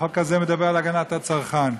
החוק הזה מדבר על הגנת הצרכן,